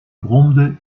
bromde